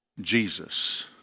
Jesus